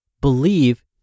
Believe